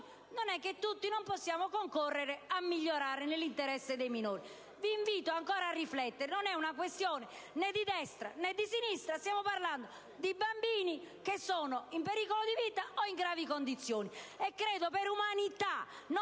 non è detto che non possiamo concorrere a migliorare il testo, nell'interesse dei minori. Vi invito ancora a riflettere: non è una questione né di destra, né di sinistra; stiamo parlando di bambini che sono in pericolo di vita o che versano in gravi condizioni. *(Applausi dai